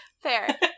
fair